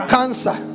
Cancer